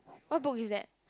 what book is that